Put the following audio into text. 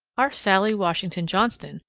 our sallie washington-johnston,